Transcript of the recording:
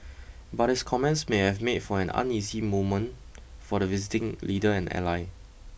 but his comments may have made for an uneasy moment for the visiting leader and ally